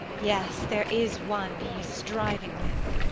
yes, there is one he is striving with.